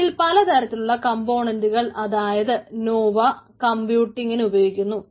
അതിൽ പല തരത്തിലുള്ള കംപോണന്റുകൾ അതായത് നോവകമ്പ്യൂട്ടിന് ഉപയോഗിക്കുന്നു